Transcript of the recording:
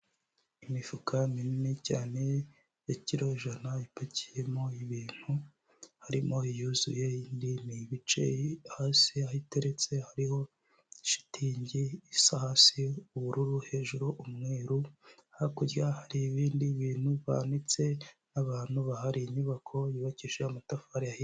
Imifuka minini cyane ya kiro ijana ipakiyemo ibintu, harimo iyuzuye indi ni ibice, hasi aho iteretse hariho shitingi, isa hasi ubururu, hejuru umweru, hakurya hari ibindi bintu banitse, abantu bahari, inyubako yubakisha amatafari yahi...